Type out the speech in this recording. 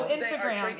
Instagram